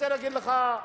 אני רוצה להגיד לך,